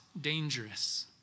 dangerous